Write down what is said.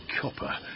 copper